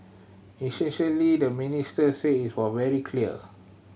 essentially the minister said it was very clear